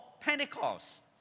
Pentecost